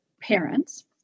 parents